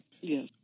Yes